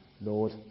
Lord